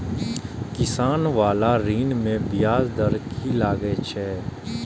किसान बाला ऋण में ब्याज दर कि लागै छै?